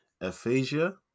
aphasia